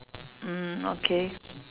mm okay